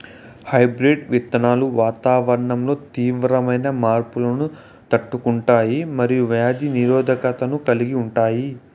hybrid విత్తనాలు వాతావరణంలో తీవ్రమైన మార్పులను తట్టుకుంటాయి మరియు వ్యాధి నిరోధకతను కలిగి ఉంటాయి